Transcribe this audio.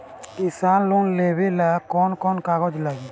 किसान लोन लेबे ला कौन कौन कागज लागि?